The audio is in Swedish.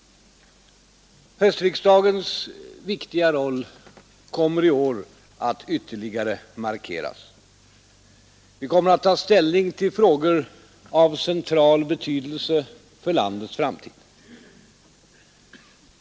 Höstriksdagens viktiga roll kommer i år att ytterligare markeras. Vi kommer att ta ställning till frågor av central betydelse för landets framtid.